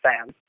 fans